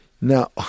Now